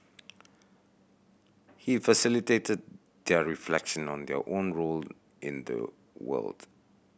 he facilitated their reflection on their own role in the world